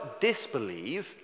disbelieve